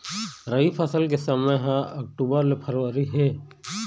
रबी फसल के समय ह अक्टूबर ले फरवरी हे